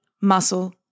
muscle